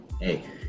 hey